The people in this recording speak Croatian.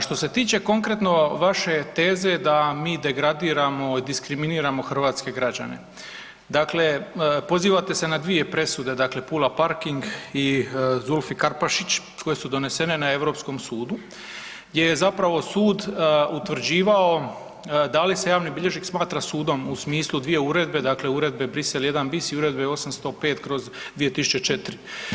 Što se tiče konkretno vaše teze da mi degradiramo, diskriminiramo hrvatske građane, dakle pozivate se na dvije presude, dakle Pula parking i Zulfi Karpašić koje su donesene na Europskom sudu gdje je zapravo sud utvrđivao da li javni bilježnik smatra sudom u smislu 2 uredbe, dakle Uredbe Bruxelles 1 bis i Uredbe 805/2004.